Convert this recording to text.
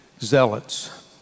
zealots